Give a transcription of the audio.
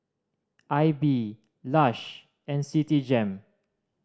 Aibi Lush and Citigem